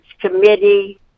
committee